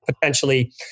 potentially